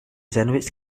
sandwich